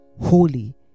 holy